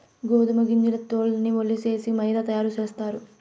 గోదుమ గింజల తోల్లన్నీ ఒలిసేసి మైదా తయారు సేస్తారు